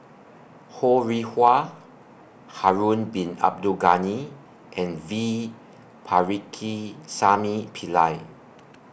Ho Rih Hwa Harun Bin Abdul Ghani and V Pakirisamy Pillai